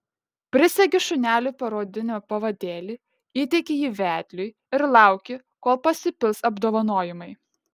prisegi šuneliui parodinį pavadėlį įteiki jį vedliui ir lauki kol pasipils apdovanojimai